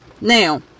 Now